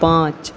पाँच